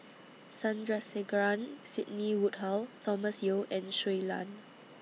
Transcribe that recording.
Sandrasegaran Sidney Woodhull Thomas Yeo and Shui Lan